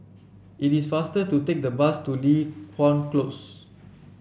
it is faster to take the bus to Li Hwan Close